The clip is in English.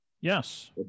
Yes